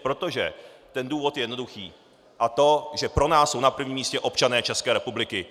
Protože ten důvod je jednoduchý, a to že pro nás jsou na prvním místě občané České republiky.